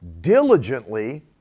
diligently